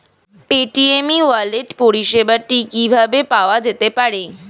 Paytm e wallet পরিষেবাটি কিভাবে পাওয়া যেতে পারে?